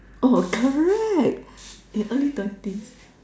orh correct yeah early twenty